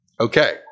Okay